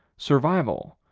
survival,